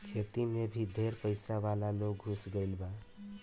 खेती मे भी ढेर पइसा वाला लोग घुस गईल बा